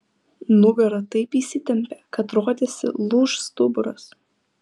nugara taip įsitempė kad rodėsi lūš stuburas